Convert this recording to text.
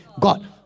God